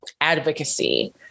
advocacy